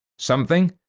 something,